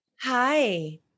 Hi